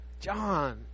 john